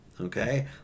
Okay